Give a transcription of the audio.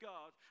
God